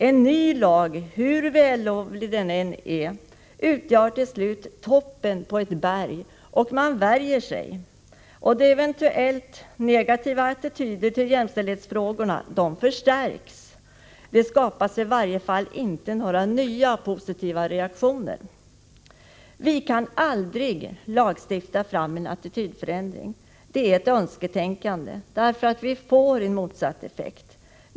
En ny lag, hur vällovlig den än är, utgör till slut toppen på ett berg. Man värjer sig. De eventuellt negativa attityderna till jämställdhetsfrågor förstärks. Det skapas i varje fall inte några nya positiva reaktioner. Vi kan aldrig lagstifta fram en attitydförändring. Det är ett önsketänkan — Nr 55 de. Vi får en motsatt effekt.